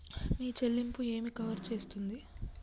మీ చెల్లింపు ఏమి కవర్ చేస్తుంది?